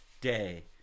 day